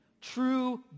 true